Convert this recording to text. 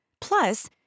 Plus